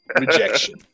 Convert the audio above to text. Rejection